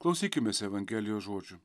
klausykimės evangelijos žodžių